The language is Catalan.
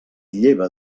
lleva